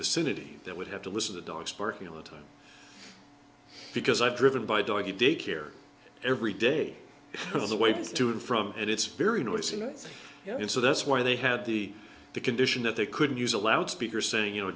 vicinity that would have to listen to dogs barking all the time because i've driven by doggie day care every day of the way to and from it it's very noisy here and so that's why they had the the condition that they couldn't use a loud speaker saying you know